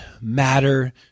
matter